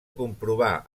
comprovar